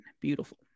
Beautiful